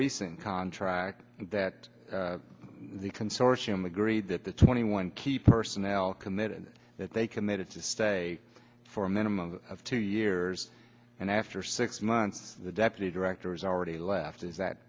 recent contract that the consortium agreed that the twenty one key personnel committed that they committed to stay for a minimum of two years and after six months the deputy director has already left is that